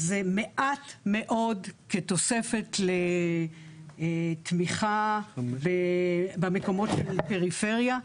זה מעט מאוד כתוספת לתמיכה במקומות של פריפריה.